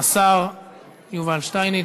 השר יובל שטייניץ.